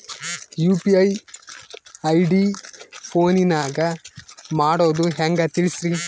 UPI ID ಫೋನಿನಾಗ ಮಾಡೋದು ಹೆಂಗ ತಿಳಿಸ್ರಿ?